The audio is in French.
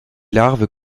larves